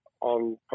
on